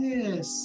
Yes